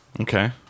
Okay